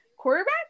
quarterback